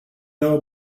know